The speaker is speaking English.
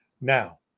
Now